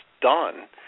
done